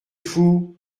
fous